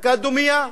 דקה דומייה.